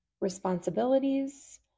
responsibilities